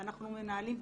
ואנחנו מנהלים בקרה.